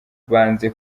banze